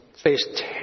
Faced